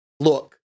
look